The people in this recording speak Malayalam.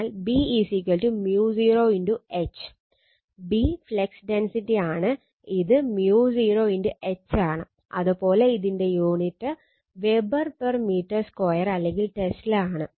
B ഫ്ലക്സ് ഡെൻസിറ്റി ആണ് ഇത് μ0 H ആണ് അതുപോലെ ഇതിന്റെ unit weber per metre square അല്ലെങ്കിൽ ടെസ്ല ആണ്